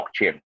blockchain